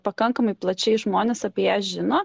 pakankamai plačiai žmonės apie ją žino